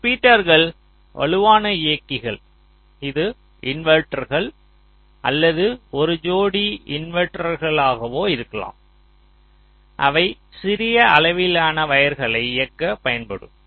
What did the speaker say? ரிப்பீட்டர்கள் வலுவான இயக்கிகள் இது இன்வெர்ட்டர்கள் அல்லது ஒரு ஜோடி இன்வெர்ட்டர்களாகவோ இருக்கலாம் அவை சிறிய அளவிலான வயர்களை இயக்க பயன்படும்